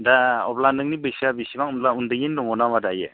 दा अब्ला नोंनि बैसोआ बेसिबां होनब्ला उन्दै दङ नामा दायो